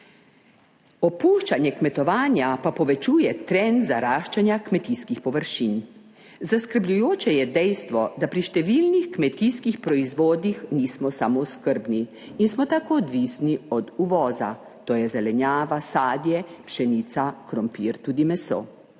opuščanje kmetovanja pa povečuje trend zaraščanja kmetijskih površin. Zaskrbljujoče je dejstvo, da pri številnih kmetijskih proizvodih nismo samooskrbni in smo tako odvisni od uvoza, to je zelenjava, sadje, pšenica, krompir, tudi meso.